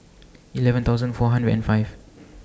eleven thousand four hundred and five